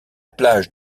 plage